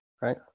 right